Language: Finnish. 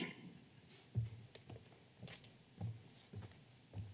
Arvoisa